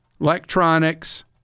electronics